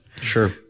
Sure